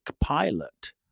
pilot